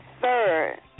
third